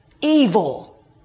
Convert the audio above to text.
evil